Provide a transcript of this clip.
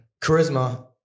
Charisma